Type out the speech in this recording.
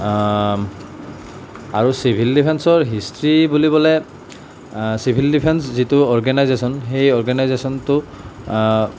আৰু চিভিল ডিফেন্সৰ হিষ্ট্ৰি বুলি ক'লে চিভিল ডিফেন্স যিটো অৰ্গেনাইজেচন সেই অৰ্গেনাইজেচনটো